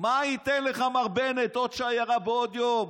מה ייתן לך, מר בנט, עוד שיירה ועוד יום?